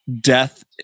death